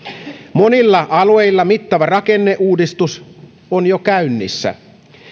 monilla alueilla mittava rakenneuudistus on jo käynnissä